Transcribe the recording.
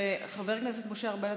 וחבר הכנסת משה ארבל,